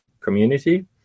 Community